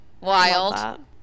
Wild